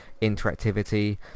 interactivity